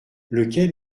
lequel